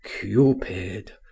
Cupid